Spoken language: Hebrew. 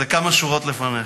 זה כמה שורות לפניך,